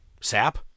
Sap